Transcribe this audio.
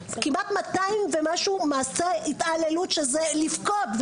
כמעט 200 ומשהו מעשי התעללות שזה לבכות,